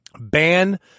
ban